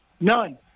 None